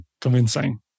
convincing